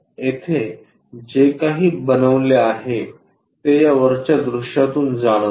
आपण येथे जे काही बनवले आहे ते या वरच्या दृश्यातून जाणवते